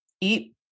eat